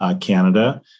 Canada